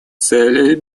целей